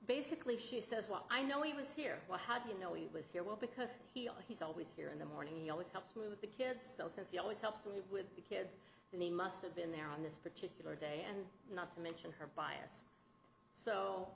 basically she says well i know he was here well how do you know he was here well because he'll he's always here in the morning he always helps me with the kids since he always helps me with the kids and he must have been there on this particular day and not to mention her bias so